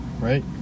right